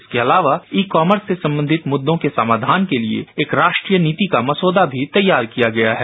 इसके अलावा e commerce से संबंधित मुद्दों के समाधान के लिए एक राष्ट्रीय नीति का मसौदा भी तैयार किया गया है